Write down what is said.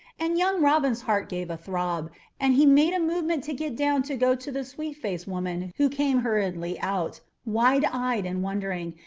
and young robin's heart gave a throb and he made a movement to get down to go to the sweet-faced woman who came hurriedly out, wide-eyed and wondering,